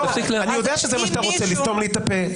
אני יודע שזה מה שאתה רוצה, לסתום לי את הפה.